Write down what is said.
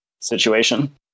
Situation